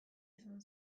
izan